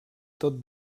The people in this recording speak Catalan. tot